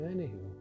Anywho